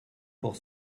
pour